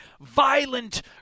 violent